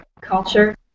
culture